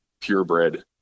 purebred